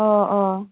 अ अ